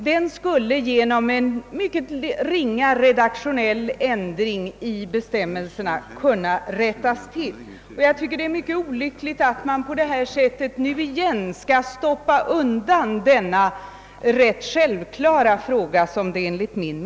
Denna fråga skulle kunna lösas genom en mycket ringa redaktionell ändring av bestämmelserna. Det är mycket olyckligt att man på detta sätt åter skall stoppa undan denna enligt min mening rätt självklara fråga.